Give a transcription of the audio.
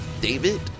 David